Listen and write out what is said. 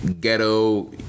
ghetto